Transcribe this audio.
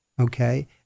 okay